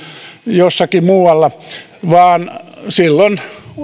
jossakin muualla vaan silloin